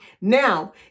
Now